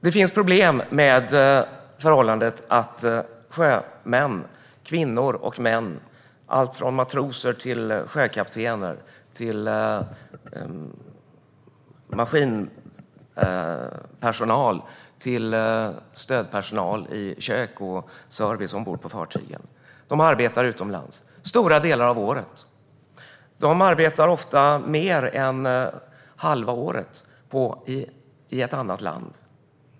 Det finns problem i förhållandet att sjömän - det är kvinnor och män, från matroser till sjökaptener och från maskinpersonal till stödpersonal i kök och service ombord på fartygen - arbetar utomlands stora delar av året. De arbetar ofta mer än halva året i ett annat land.